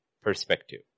perspective